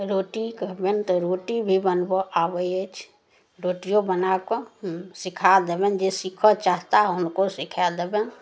रोटी कहबनि तऽ रोटी भी बनबऽ आबै अछि रोटिओ बनाकऽ हम सिखा देबनि जे सिखऽ चाहताह हुनको सिखै देबनि